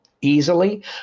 easily